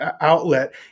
outlet